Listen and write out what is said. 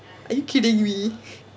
are you kidding me